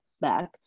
back